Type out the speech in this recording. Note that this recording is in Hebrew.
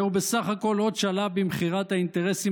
זה בסך הכול עוד שלב במכירת האינטרסים